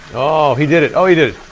oh he did it. oh he did it.